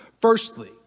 Firstly